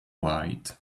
wide